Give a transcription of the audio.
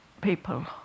people